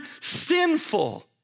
sinful